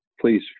please